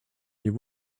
you